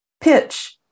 pitch